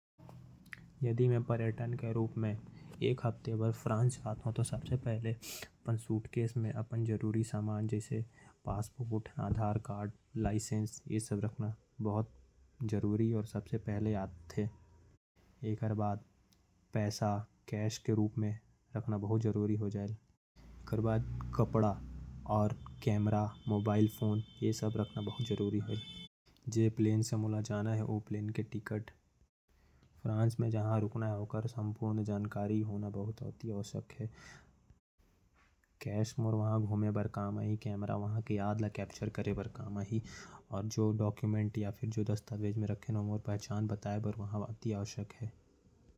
यदि मैं फ्रांस जात हो तो। सूटकेश में passport visa license Aadhaar card. पैसा कैश के रूप में रखना बहुत जरूरी है। कैमरा मोबाईल फोन भी रखना बहुत जारी है। प्लेन के टिकट और जहां रुकना है। वहां के पूरा जानकारी होना जरूरी है।